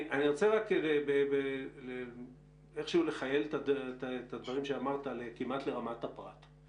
אני רוצה איכשהו לכייל את הדברים שאמרת כמעט לרמת הפרט.